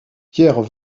pierre